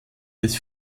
des